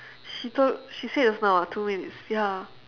she told she said just now [what] two minutes ya